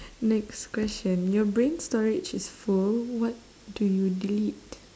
next question your brain storage is full what do you delete